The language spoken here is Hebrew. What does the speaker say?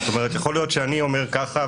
יכול להיות שאני אומר כך,